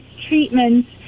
treatments